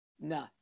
No